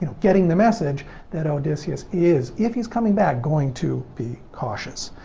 you know getting the message that odysseus is, if he's coming back, going to be cautious.